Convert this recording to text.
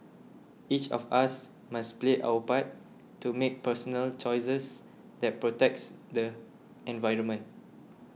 each of us must play our part to make personal choices that protect the environment